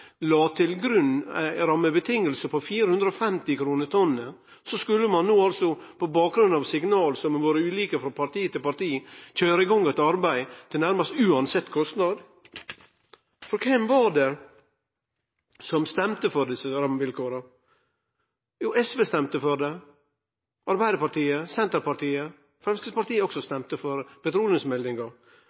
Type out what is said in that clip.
la til grunn rammevilkår på 450 kr tonnet? Skulle ein altså no, på bakgrunn av signal som har vore ulike frå parti til parti, køyre i gang eit arbeid nærmast uansett kostnad? For kven var det som stemde for desse rammevilkåra? SV stemde for dei, Arbeidarpartiet og Senterpartiet òg. Framstegspartiet stemde også for petroleumsmeldinga, men den la dei rammene som det